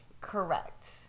Correct